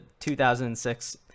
2006